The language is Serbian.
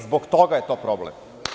Zbog toga je to problem.